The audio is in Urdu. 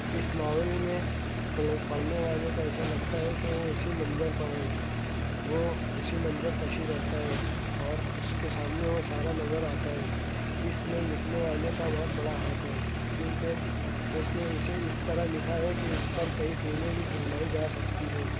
اس ناول میں پڑھ پڑھنے والے کو ایسا لگتا ہے کہ وہ اسی منظر پر ہے وہ اسی منظر کشی کرتا ہے اور اس کے سامنے وہ سارا نظر آتا ہے اس میں لکھنے والا کا بہت بڑا ہاتھ ہے کیونکہ اس نے اسے اس طرح لکھا ہے کہ اس پر کئی فلمیں بھی فلمائی جا سکتی ہیں